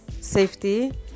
safety